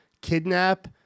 kidnap